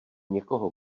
někoho